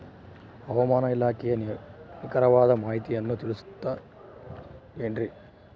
ಹವಮಾನ ಇಲಾಖೆಯ ನಿಖರವಾದ ಮಾಹಿತಿಯನ್ನ ತಿಳಿಸುತ್ತದೆ ಎನ್ರಿ?